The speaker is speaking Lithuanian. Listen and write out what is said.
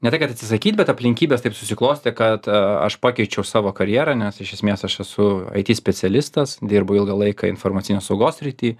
ne tai kad atsisakyt bet aplinkybės taip susiklostė kad aš pakeičiau savo karjerą nes iš esmės aš esu it specialistas dirbau ilgą laiką informacinės saugos srity